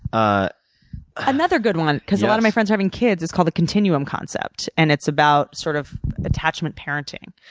ah another good one, because a lot of my friends are having kids, is called the continuum concept. and it's about sort of attachment parenting.